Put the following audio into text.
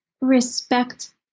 respect